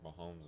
Mahomes